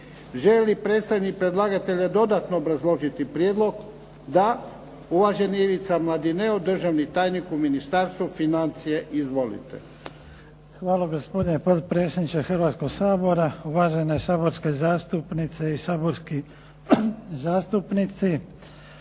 li predstavnik predlagatelja dodatno obrazložiti prijedlog? Da. Uvaženi Ivica Mladineo, državni tajnik u Ministarstvu financija. Izvolite. **Mladineo, Ivica** Hvala gospodine potpredsjedniče Hrvatskog sabora, uvažene saborske zastupnice i saborski zastupnici.